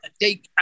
take